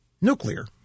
Nuclear